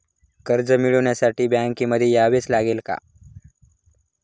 कर्ज मिळवण्यासाठी बँकेमध्ये यावेच लागेल का?